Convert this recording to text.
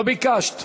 לא ביקשת.